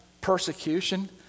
persecution